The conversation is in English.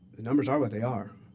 the numbers are what they are.